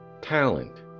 talent